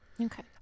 Okay